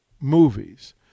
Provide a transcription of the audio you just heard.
movies